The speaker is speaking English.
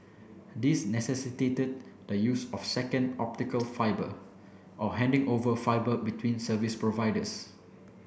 these necessitated the use of second optical fibre or handing over fibre between service providers